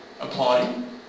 applauding